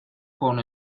con